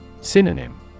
Synonym